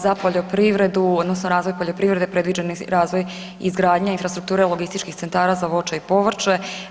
Za poljoprivredu odnosno razvoj poljoprivrede, predviđen je razvoj izgradnje infrastrukture logističkih centara za voće i povrće.